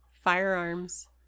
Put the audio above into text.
firearms